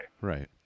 Right